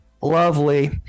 Lovely